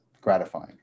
gratifying